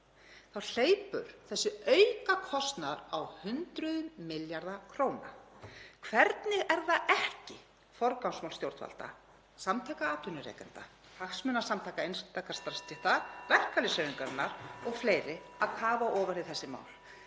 þá hleypur þessi aukakostnaður á hundruðum milljarða króna. Hvernig er það ekki forgangsmál stjórnvalda, samtaka atvinnurekenda, hagsmunasamtaka, einstakra starfsstétta, verkalýðshreyfingarinnar og fleiri að kafa ofan í þessi mál?